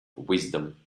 wisdom